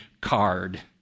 card